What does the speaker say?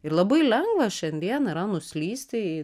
ir labai lengva šiandien yra nuslysti į